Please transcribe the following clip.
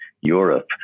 Europe